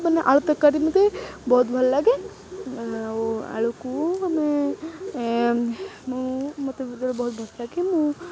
ମାନେ ଆଳୁ ତରକାରୀ ମୋତେ ବହୁତ ଭଲ ଲାଗେ ଆଉ ଆଳୁକୁ ମୁଁ ମୋତେ ଭିତରେ ବହୁତ ଭଲ ଲାଗେ ମୁଁ